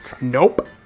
nope